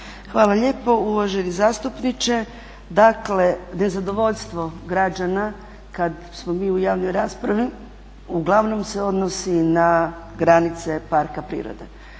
Hvala lijepo. Uvaženi zastupniče, dakle nezadovoljstvo građana kada smo mi u javnoj raspravi uglavnom se odnosi na granice parka prirode.